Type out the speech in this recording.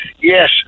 yes